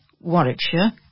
Warwickshire